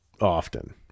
often